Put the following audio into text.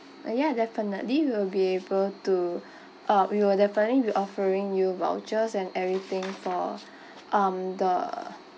ya definitely we will be able to uh we will definitely be offering you vouchers and everything for um the